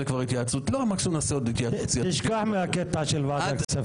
הרשימה הערבית המאוחדת): תשכח מהקטע של ועדת כספים,